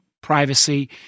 privacy